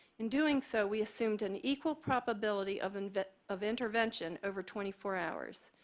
in doing so, we assumed an equal probability of and of intervention over twenty four hours.